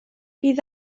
bydd